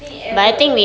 thing ever